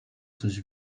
coś